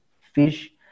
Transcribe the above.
fish